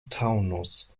taunus